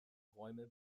räume